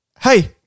hey